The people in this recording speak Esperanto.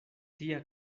tia